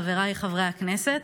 חבריי חברי הכנסת,